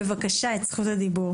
בבקשה את זכות הדיבור.